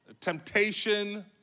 temptation